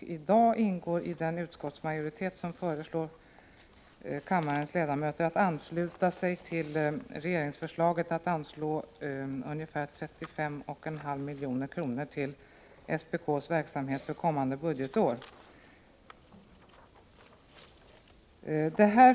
i dag ingår dock centerpartiet i den utskottsmajoritet som föreslår kammarens ledamöter att ansluta sig till regeringsförslaget att anslå ungefär 35,5 milj.kr. till SPK:s verksamhet för kommande budgetår.